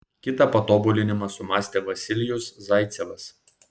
kitą patobulinimą sumąstė vasilijus zaicevas